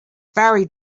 very